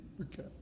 Okay